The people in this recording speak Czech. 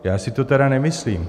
Já si to tedy nemyslím.